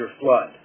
flood